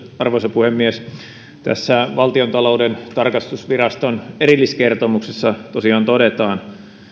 arvoisa puhemies tässä valtiontalouden tarkastusviraston erilliskertomuksessa tosiaan todetaan